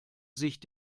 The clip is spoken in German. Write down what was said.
sich